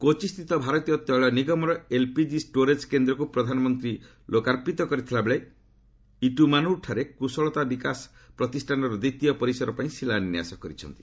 କୋଚି ସ୍ଥିତ ଭାରତୀୟ ତେିଳ ନିଗମର ଏଲ୍ପିଜି ଷ୍ଟୋରେଜ୍ କେନ୍ଦ୍ରକୁ ପ୍ରଧାନମନ୍ତ୍ରୀ ଲୋକାର୍ପିତ କରିଥିବା ବେଳେ ଇଟୁ ମାନୁର୍ଠାରେ କୁଶଳତା ବିକାଶ ପ୍ରତିଷ୍ଠାନର ଦ୍ୱିତୀୟ ପରିସର ପାଇଁ ଶିଳାନ୍ୟାସ କରିଛନ୍ତି